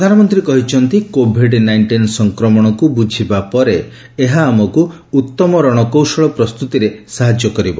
ପ୍ରଧାନମନ୍ତ୍ରୀ କହିଛନ୍ତି COVID nineteen ସଂକ୍ରମଣକୁ ବୁଝିବା ପରେ ଏହା ଆମକୁ ଉତ୍ତମ ରଶକୌଶଳ ପ୍ରସ୍ତୁତରେ ସାହାଯ୍ୟ କରିବ